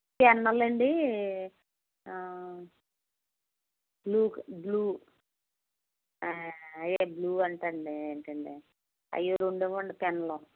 పెన్నులు అండి blue blue blue అంట అండి ఏంటండీ అవి రెండు ఇవ్వండి పెన్నులు